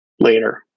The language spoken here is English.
later